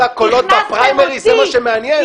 כל הקולות הפריימריז, זה מה שמעניין?